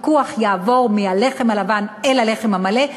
הפיקוח יעבור מהלחם הלבן אל הלחם המלא,